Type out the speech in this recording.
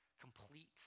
complete